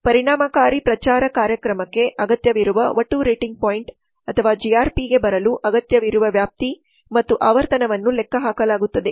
ಪರಿಣಾಮಕಾರಿ ಪ್ರಚಾರ ಕಾರ್ಯಕ್ರಮಕ್ಕೆ ಅಗತ್ಯವಿರುವ ಒಟ್ಟು ರೇಟಿಂಗ್ ಪಾಯಿಂಟ್ ಅಥವಾ ಜಿಆರ್ಪಿಗೆ ಬರಲು ಅಗತ್ಯವಿರುವ ವ್ಯಾಪ್ತಿ ಮತ್ತು ಆವರ್ತನವನ್ನು ಲೆಕ್ಕಹಾಕಲಾಗುತ್ತದೆ